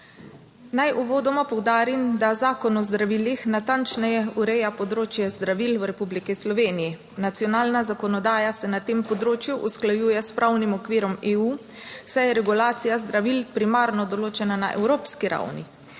Naj uvodoma poudarim, da Zakon o zdravilih natančneje ureja področje zdravil v Republiki Sloveniji. Nacionalna zakonodaja se na tem področju usklajuje s pravnim okvirom EU, saj je regulacija zdravil primarno določena na evropski ravni.